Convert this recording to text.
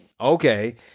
Okay